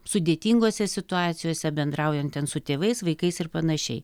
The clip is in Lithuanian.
sudėtingose situacijose bendraujan ten su tėvais vaikais ir panašiai